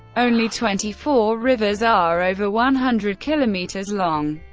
only twenty four rivers are over one hundred kilometers long.